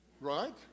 Right